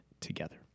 together